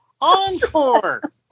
Encore